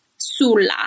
sulla